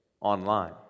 online